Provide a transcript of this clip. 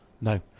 no